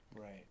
Right